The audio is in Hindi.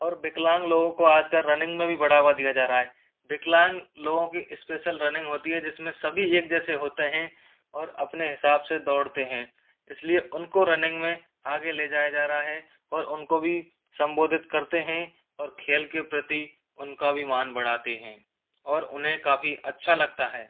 और विकलांग लोगों को आजकल रनिंग मे भी बढ़ावा दिया जा रहा है विकलांग लोगों की स्पेशल रनिंग होती है जिसमें सभी एक जैसे होते हैं और अपने हिंसाब से दौड़ते हैं इसलिए उनको रनिंग में आगे ले जाया जा रहा है और उनको भी संबोधित करते हैं और खेल के प्रति उनका भी मान बढ़ाते हैं और उन्हें काफ़ी अच्छा लगता है